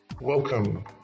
Welcome